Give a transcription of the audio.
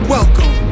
Welcome